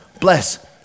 bless